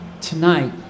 tonight